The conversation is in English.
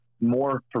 more